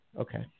Okay